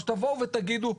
שתבואו ותגידו,